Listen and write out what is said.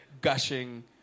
gushing